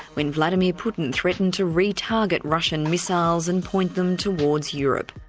when vladimir putin threatened to re-target russian missiles and point them towards europe.